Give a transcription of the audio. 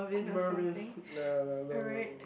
Mervin nah no no no no